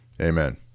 Amen